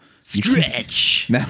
stretch